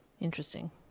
Interesting